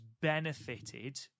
benefited –